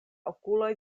okuloj